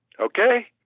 Okay